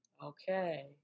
Okay